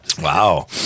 Wow